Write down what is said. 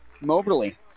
Moberly